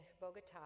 Bogota